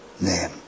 name